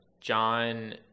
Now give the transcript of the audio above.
John